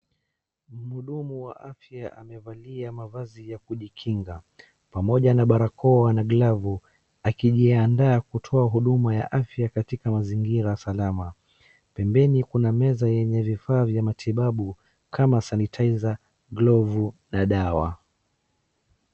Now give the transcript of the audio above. Mhudumu wa afya amevalia mavazi ya kujikinga, pamoja na barakoa na glavu , akijiandaa kutoa huduma ya afya katika mazingira salama, pembeni kuna meza yenye vifaa vya matibabu, kama sanitizer , glovu na dawa.